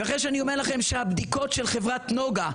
ואחרי שאני אומר לכם שהבדיקות של חברת נגה,